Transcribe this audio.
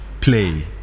play